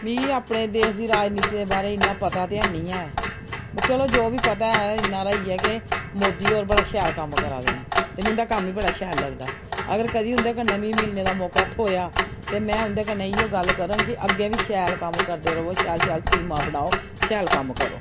मिगी अपने देश दी राजनीति दे बारै इ'न्ना पता ते हैनी ऐ पर चलो जो बी पता है इ'न्ना हारा गै ऐ के मोदी होर बड़ा शैल कम्म करा दे न ते मीं उं'दा कम्म बी बड़ा शैल लगदा ते अगर उं'दे कन्नै मीं मिलने दा मौका थ्होएआ ते में उं'दे कन्नै इ'यै गल्ल करङ के अग्गे बी शैल कम्म करदे रवेओ शैल शैल स्कीमां बनाओ शैल कम्म करो